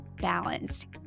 balanced